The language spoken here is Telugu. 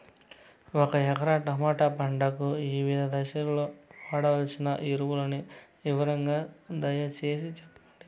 ఒక ఎకరా టమోటా పంటకు వివిధ దశల్లో వాడవలసిన ఎరువులని వివరంగా దయ సేసి చెప్పండి?